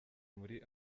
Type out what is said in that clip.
muri